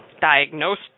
diagnosed